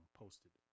posted